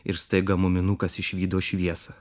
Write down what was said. ir staiga muminukas išvydo šviesą